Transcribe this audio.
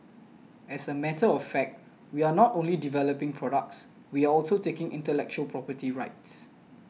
as a matter of fact we are not only developing products we are also taking intellectual property rights